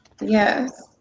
yes